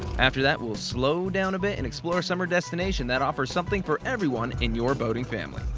after that we'll slow down a bit and explore a summer destination that offers something for everyone in your boating family.